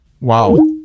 Wow